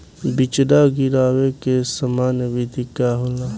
बिचड़ा गिरावे के सामान्य विधि का होला?